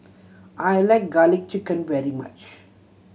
I like Garlic Chicken very much